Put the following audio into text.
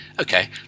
Okay